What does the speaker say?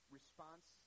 response